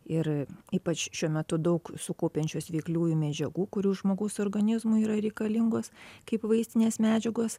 ir ypač šiuo metu daug sukaupiančios veikliųjų medžiagų kurių žmogaus organizmui yra reikalingos kaip vaistinės medžiagos